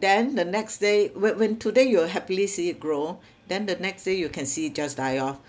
then the next day whe~ when today you will happily see it grow then the next day you can see it just die off